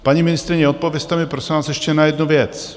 Paní ministryně, odpovězte mi prosím vás ještě na jednu věc.